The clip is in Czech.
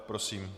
Prosím.